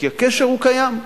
כי הקשר קיים.